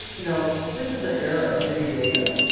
you know, this is the era of big data.